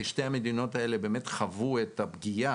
כי שתי המדינות הללו חוו את הפגיעה